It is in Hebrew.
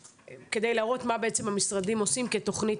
כדי להראות מה בעצם המשרדים עושים כתוכנית